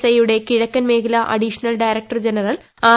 ഊഐ ്യുട്ടെ കിഴക്കൻ മേഖല അഡീഷണൽ ഡയറക്ടർ ജനറൽ ആർ